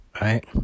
right